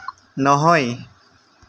নহয়